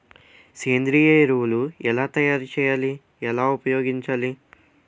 సేంద్రీయ ఎరువులు ఎలా తయారు చేయాలి? ఎలా ఉపయోగించాలీ?